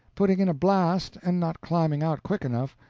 putting in a blast and not climbing out quick enough,